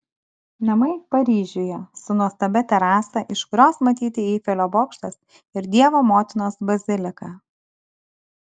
namai paryžiuje su nuostabia terasa iš kurios matyti eifelio bokštas ir dievo motinos bazilika